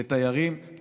לתיירים,